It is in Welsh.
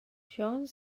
siôn